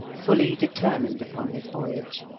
fully determined upon his voyage.